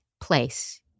place